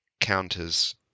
counters